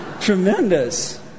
tremendous